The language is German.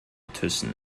thyssen